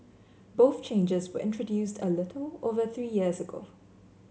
both changes were introduced a little over three years ago